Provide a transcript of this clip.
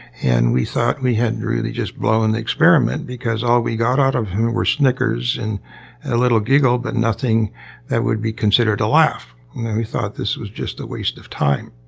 and we thought we had really just blown the experiment because all we got out of him were snickers and a little giggle but nothing that would be considered a laugh. and and we thought this was just a waste of time.